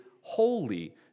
holy